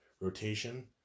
rotation